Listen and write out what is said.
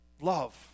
Love